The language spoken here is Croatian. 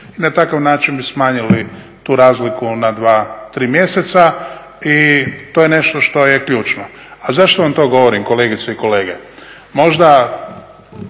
I na takav način bi smanjili tu razliku na dva, tri mjeseca i to je nešto što je ključno. A zašto vam to govorim kolegice i kolege? Možda